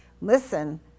listen